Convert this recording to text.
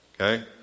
Okay